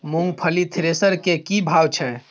मूंगफली थ्रेसर के की भाव छै?